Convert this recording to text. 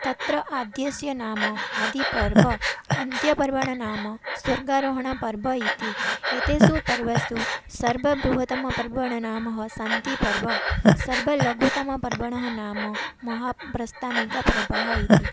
तत्र आद्यस्य नाम आदिपर्व अन्त्यपर्वणः नाम स्वर्गारोहणपर्व इति एतेषु पर्वसु सर्वबृहत्तमपर्वणः नाम शान्तिपर्व सर्वलघुतमपर्वणः नाम महाप्रास्थानिकपर्व इति